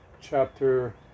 chapter